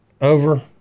over